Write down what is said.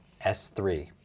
S3